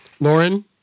Lauren